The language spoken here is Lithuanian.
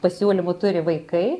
pasiūlymų turi vaikai